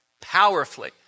powerfully